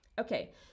okay